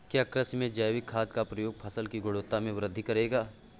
क्या कृषि में जैविक खाद का प्रयोग फसल की गुणवत्ता में वृद्धि करेगा?